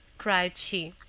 cried she,